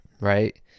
right